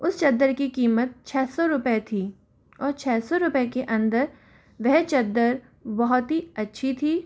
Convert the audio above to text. उस चद्दर की कीमत छः सौ रुपये थी और छः सौ रुपये के अंदर वह चद्दर बहुत ही अच्छी थी